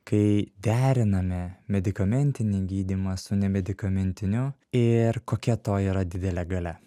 kai deriname medikamentinį gydymą su nemedikamentiniu ir kokia to yra didelė galia